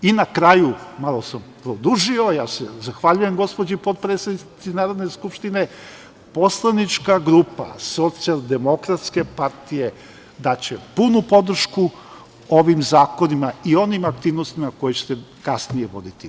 Na kraju, malo sam produžio, ja se zahvaljujem gospođi potpredsednici Narodne skupštine, poslanička grupa SDP daće punu podršku ovim zakonima i onim aktivnostima koje ćete kasnije voditi.